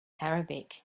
arabic